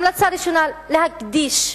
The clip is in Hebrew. המלצה ראשונה, להקדיש,